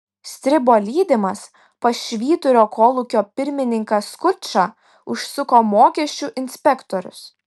stribo lydimas pas švyturio kolūkio pirmininką skučą užsuko mokesčių inspektorius